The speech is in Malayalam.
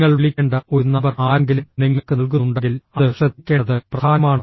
നിങ്ങൾ വിളിക്കേണ്ട ഒരു നമ്പർ ആരെങ്കിലും നിങ്ങൾക്ക് നൽകുന്നുണ്ടെങ്കിൽ അത് ശ്രദ്ധിക്കേണ്ടത് പ്രധാനമാണ്